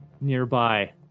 nearby